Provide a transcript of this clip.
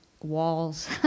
walls